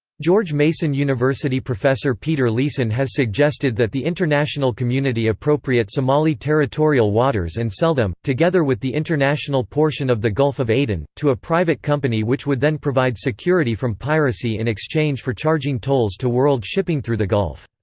george mason university professor peter leeson has suggested that the international community appropriate somali territorial waters and sell them, together with the international portion of the gulf of aden, to a private company which would then provide security from piracy in exchange for charging tolls to world shipping through the gulf.